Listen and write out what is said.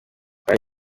aya